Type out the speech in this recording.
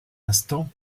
instant